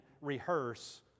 rehearse